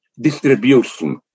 distribution